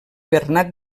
bernat